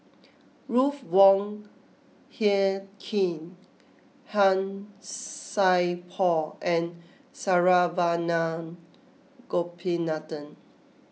Ruth Wong Hie King Han Sai Por and Saravanan Gopinathan